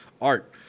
Art